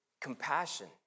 compassion